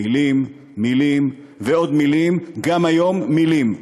מילים, מילים ועוד מילים, גם היום מילים,